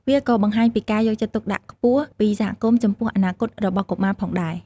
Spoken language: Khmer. វាក៏បង្ហាញពីការយកចិត្តទុកដាក់ខ្ពស់ពីសហគមន៍ចំពោះអនាគតរបស់កុមារផងដែរ។